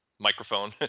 Microphone